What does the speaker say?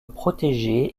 protégée